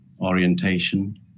orientation